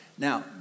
Now